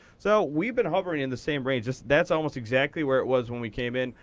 so we've been hovering in the same range. that's almost exactly where it was when we came in.